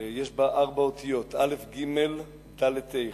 יש בה ארבע אותיות: אל"ף, גימ"ל, דל"ת, ה"א.